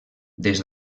des